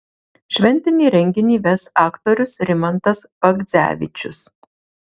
šventinį renginį ves aktorius rimantas bagdzevičius